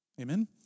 amen